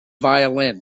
violin